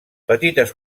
petites